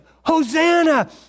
Hosanna